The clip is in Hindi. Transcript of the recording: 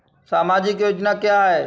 सामाजिक योजना क्या है?